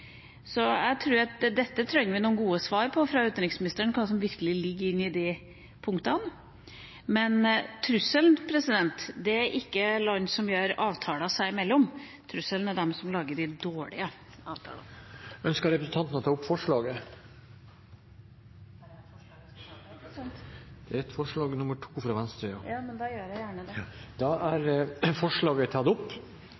Så jeg tror vi trenger noen gode svar fra utenriksministeren på hva som virkelig ligger i de punktene. Men trusselen er ikke land som gjør avtaler seg imellom. Trusselen er de som lager de dårlige avtalene. Ønsker representanten Skei Grande å ta opp forslag nr. 2, fra Venstre? Ja, det vil jeg. Representanten Trine Skei Grande har tatt opp det